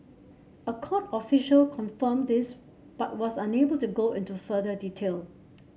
a court official confirmed this but was unable to go into further detail